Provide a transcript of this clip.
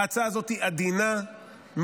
ההצעה הזאת היא עדינה מדי,